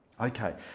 Okay